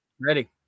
ready